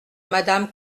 madame